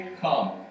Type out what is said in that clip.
come